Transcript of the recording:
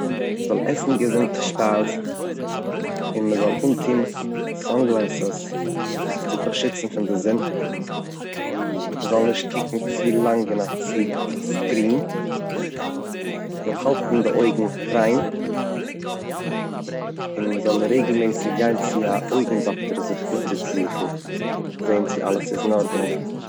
מ'זאל עסן געזונטע שפייז און מען זאל אנטון סאן גלעסעס צו באשיצן פון די זון, מען זאל נישט קוקן צו לאנג אין א צי אויף א סקרין, מ'זאל האלטן די אויגן ריין, און מען זאל רעגלמעסיג גיין צו א אויגן דאקטער זיך אונטערזוכן זען צו אלעס איז אין ארעדענונג.